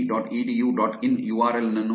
in URL ಅನ್ನು ಹೊಂದಿದ್ದೇನೆ